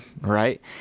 right